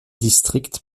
district